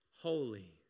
holy